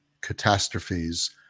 catastrophes